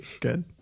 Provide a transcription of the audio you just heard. good